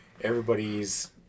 everybody's